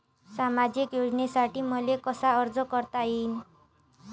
सामाजिक योजनेसाठी मले कसा अर्ज करता येईन?